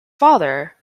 father